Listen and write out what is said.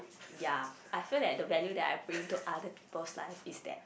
ya I feel that the value that I bring to other people's life is that